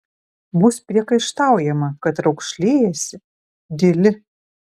bus priekaištaujama kad raukšlėjiesi dyli